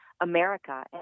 America